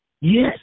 Yes